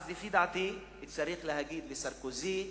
אז לפי דעתי צריך להגיד לסרקוזי: